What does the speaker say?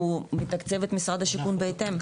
הוא מתקצב את משרד השיכון בהתאם.